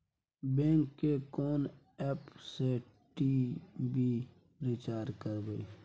Bank के कोन app से टी.वी रिचार्ज करबे?